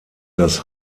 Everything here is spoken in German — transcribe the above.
das